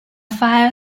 fire